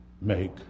make